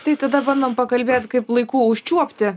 tai tada bandom pakalbėt kaip laiku užčiuopti